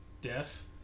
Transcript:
Deaf